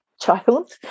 child